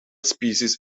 species